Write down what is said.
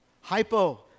Hypo